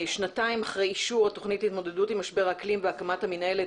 שנתיים אחרי אישור התוכנית להתמודדות עם משבר האקלים והקמת המינהלת,